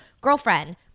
girlfriend